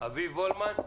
אביב וולמן?